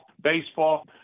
Baseball